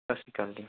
ਸਤਿ ਸ਼੍ਰੀ ਅਕਾਲ ਜੀ